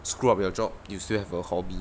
screw up your job you still have a hobby